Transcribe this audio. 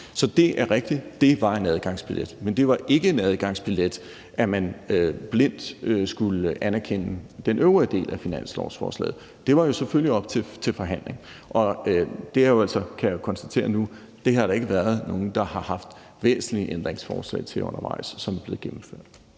Så det er rigtigt: Det var en adgangsbillet. Men det var ikke en adgangsbillet, at man blindt skulle anerkende den øvrige del af finanslovsforslaget. Det var jo selvfølgelig op til forhandling. Jeg kan konstatere nu, at der ikke har været nogen, der har haft væsentlige ændringsforslag, som er blevet gennemført,